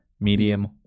medium